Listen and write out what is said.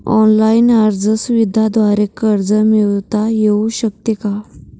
Online अर्ज सुविधांद्वारे कर्ज मिळविता येऊ शकते का?